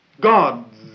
God's